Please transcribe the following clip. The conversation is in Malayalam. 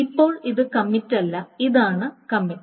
ഇപ്പോൾ ഇത് കമ്മിറ്റല്ല ഇതാണ് കമ്മിറ്റ്